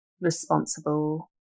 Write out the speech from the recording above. responsible